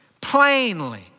plainly